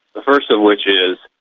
the first of which is,